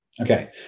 Okay